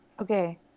okay